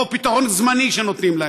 או שיש פתרון זמני שנותנים להם.